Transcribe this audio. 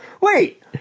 Wait